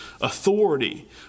authority